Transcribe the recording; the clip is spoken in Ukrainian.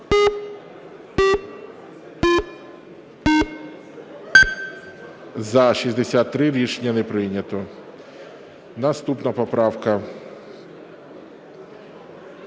За-63 Рішення не прийнято. Наступна поправка